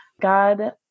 God